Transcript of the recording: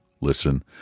listen